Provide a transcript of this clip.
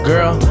Girl